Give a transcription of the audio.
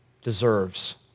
deserves